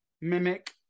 Mimic